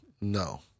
No